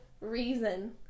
reason